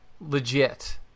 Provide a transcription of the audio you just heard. legit